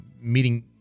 meeting